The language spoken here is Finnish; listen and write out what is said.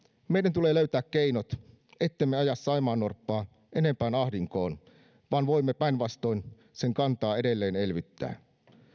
meidän tulee löytää keinot ettemme aja saimaannorppaa enempään ahdinkoon vaan voimme päinvastoin sen kantaa edelleen elvyttää